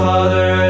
Father